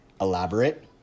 elaborate